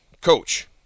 coach